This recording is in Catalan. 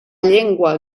llengua